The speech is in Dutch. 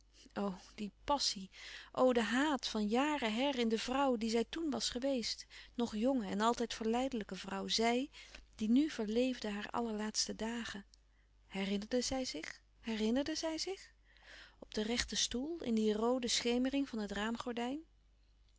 die passie o de haat van jaren her in de vrouw die zij toèn was geweest nog jonge en altijd verleidelijke vrouw zij die nu verleefde haar allerlaatste dagen herinnerde zij zich herinnerde zij zich op den rechten stoel in die roode schemering van het